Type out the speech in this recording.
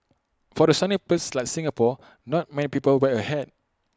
for the sunny place like Singapore not many people wear A hat